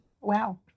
Wow